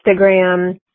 Instagram